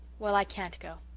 well, i can't go.